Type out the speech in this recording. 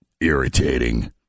Irritating